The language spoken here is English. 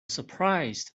surprised